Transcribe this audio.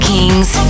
Kings